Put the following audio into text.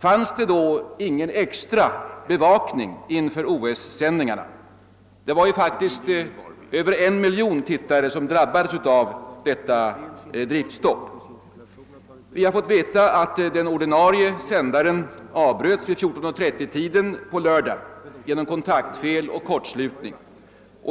Fanns det då ingen extra bevakning inför OS-sändningarna? Det var ju faktiskt över en miljon tittare som drabbades av detta driftstopp. Vi har fått veta att det blev ett avbrott på den ordinarie sändaren vid 14.30-tiden på lördagen genom kontaktfel och kortslutning.